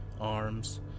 arms